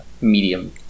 Medium